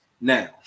Now